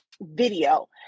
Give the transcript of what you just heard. video